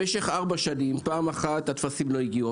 במשך ארבע שנים פעם אחת הטפסים לא הגיעו,